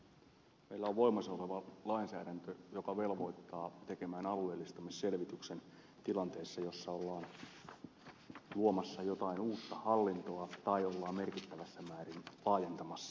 meillä on voimassa oleva lainsäädäntö joka velvoittaa tekemään alueellistamisselvityksen tilanteessa jossa ollaan luomassa jotain uutta hallintoa tai ollaan merkittävässä määrin laajentamassa nykyistä